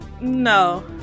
No